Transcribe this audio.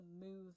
move